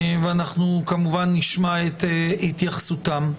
וכמובן נשמע את התייחסותם.